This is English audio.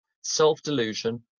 self-delusion